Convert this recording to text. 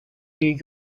new